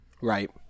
Right